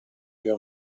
più